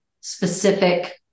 specific